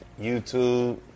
YouTube